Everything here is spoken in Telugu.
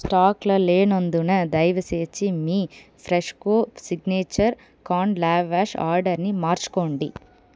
స్టాకులో లేనందున దయచేసి మీ ఫ్రెస్కో సిగ్నేచర్ కార్న్ లవాష్ ఆర్డర్ని మార్చుకోండి